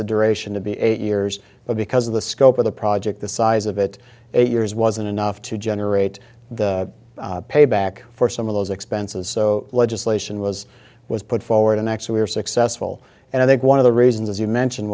a duration to be eight years but because of the scope of the project the size of it eight years wasn't enough to generate the payback for some of those expenses so legislation was was put forward the next we were successful and i think one of the reasons as you mentioned